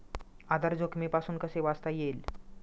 आधार जोखमीपासून कसे वाचता येईल?